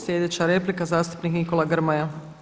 Sljedeća replika zastupnik Nikola Grmoja.